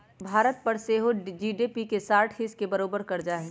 भारत पर सेहो जी.डी.पी के साठ हिस् के बरोबर कर्जा हइ